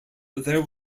there